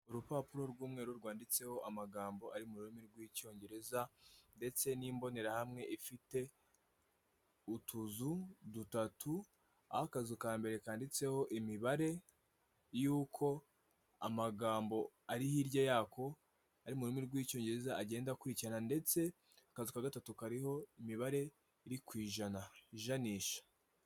Urupapuro rw'umweru rwanditseho amagambo ari mu rurimi rw'icyongereza, ndetse n'imborahamwe ifite utuzu dutatu, aho akazu ka mbere kandiditseho imibare y'uko amagambo ari hirya y'ako ari mu rurimi rw'icyongereza agenda akurikirana, ndetse akazu ka gatatu kariho imibare iri ku ijana ijanisha.